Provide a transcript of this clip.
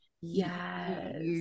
Yes